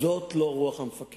יש חריגות, וזאת לא רוח המפקד.